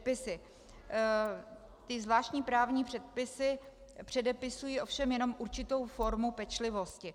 Ty zvláštní právní předpisy předepisují ovšem jenom určitou formu pečlivosti.